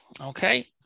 Okay